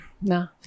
No